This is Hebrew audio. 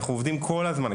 אנחנו עובדים כל הזמן,